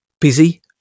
busy